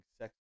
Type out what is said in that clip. sex